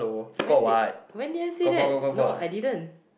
when did when did I say that no I didn't